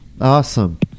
awesome